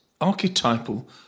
archetypal